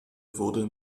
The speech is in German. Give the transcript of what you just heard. wurde